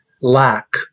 lack